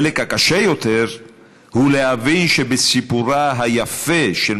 החלק הקשה יותר הוא להבין שבסיפורה היפה של